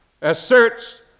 asserts